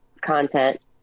content